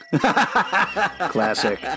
classic